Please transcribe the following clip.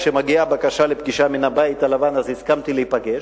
כשמגיעה בקשה לפגישה מן הבית הלבן מסכימים להיפגש.